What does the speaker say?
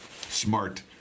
Smart